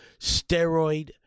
steroid